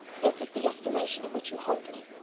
this is the estimation in which you hold me!